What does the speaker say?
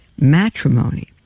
Matrimony